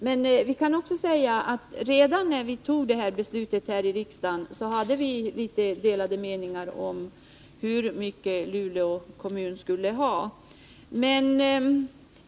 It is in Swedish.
Men redan när vi fattade beslutet här i riksdagen hade vi något delade meningar om hur mycket Luleå kommun skulle ha.